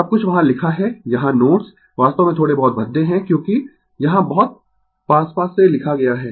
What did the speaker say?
सब कुछ वहाँ लिखा है यहाँ नोट्स वास्तव में थोड़े बहुत भद्दे है क्योंकि यहाँ बहुत पास पास से लिखा गया है